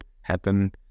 happen